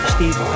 Steve